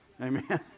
Amen